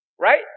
right